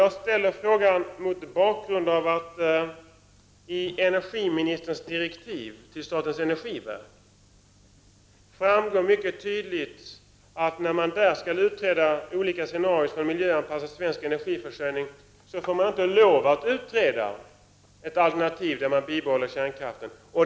Jag ställer frågan mot bakgrund av att det i energiministerns direktiv till statens energiverk mycket tydligt framgår, att när man där skall utreda förhållanden runt olika scenarier för en miljöanpassad svensk energiförsörjning får man inte lov att utreda möjligheterna för ett alternativ med bibehållen kärnkraft.